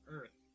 Earth